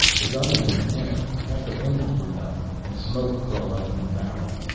the gun was in his hand half the fingers were numb and smoke curled up from the barrel.